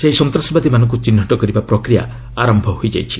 ସେହି ସନ୍ତାସବାଦୀମାନଙ୍କୁ ଚିହ୍ନଟ କରିବା ପ୍ରକ୍ରିୟା ଆରମ୍ଭ ହୋଇଯାଇଛି